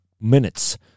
minutes